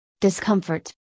discomfort